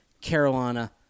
Carolina